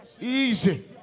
Easy